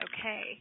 okay